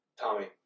Tommy